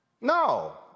No